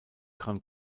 gran